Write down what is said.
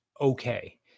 okay